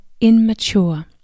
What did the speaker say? immature